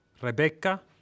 Rebecca